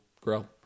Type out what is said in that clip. grow